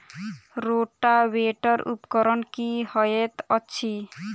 Rotavator उपकरण की हएत अछि?